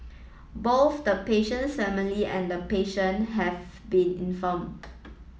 both the patient's family and the patient have been informed